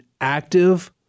active